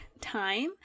time